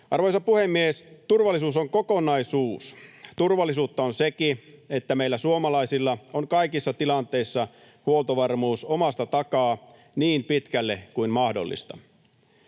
Arvoisa puhemies! Turvallisuus on kokonaisuus. Turvallisuutta on sekin, että meillä suomalaisilla on kaikissa tilanteissa huoltovarmuus omasta takaa niin pitkälle kuin mahdollista.